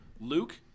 Luke